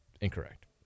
Incorrect